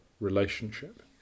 relationship